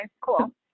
cool